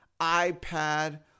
iPad